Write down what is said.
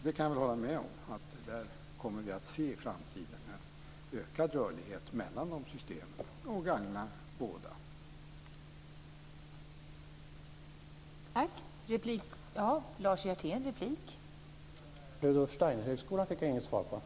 Jag kan väl hålla med om att vi kommer att se en ökad rörlighet mellan de systemen i framtiden. Det gagnar dem båda.